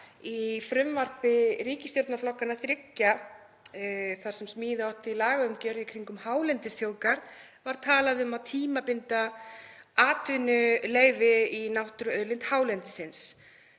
Í frumvarpi ríkisstjórnarflokkanna þriggja, þar sem smíða átti lagaumgjörð í kringum hálendisþjóðgarð, var talað um að tímabinda atvinnuleyfi í náttúruauðlind hálendisins.